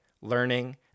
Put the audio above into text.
learning